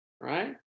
right